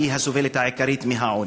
היא הסובלת העיקרית מהעוני.